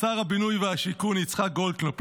שר הבינוי והשיכון יצחק גולדקנופ.